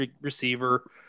receiver